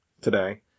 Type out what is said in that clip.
today